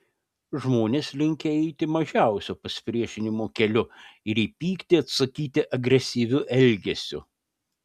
žmonės linkę eiti mažiausio pasipriešinimo keliu ir į pyktį atsakyti agresyviu elgesiu